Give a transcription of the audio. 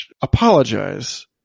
apologize